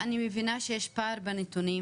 אני מבינה שיש פער בנתונים,